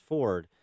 Ford